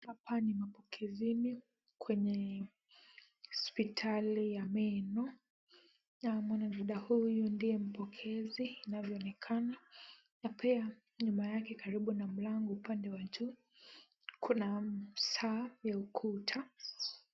Hapa ni mapokezini kwenye hospitali ya meno na mwanadada huyu ndiye mapokezi inavyoonekana, na pia nyuma yake upande wa mlango karibu na juu kuna saa ya ukuta.